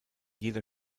jeder